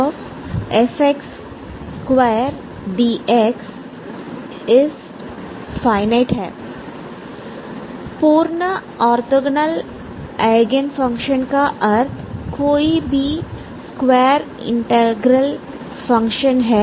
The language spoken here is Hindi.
2dx ∈R पूर्ण ऑर्थोगोनल एगेनफंक्शनका अर्थ कोई भी स्क्वायर इंटीग्रेबल फंक्शन हैं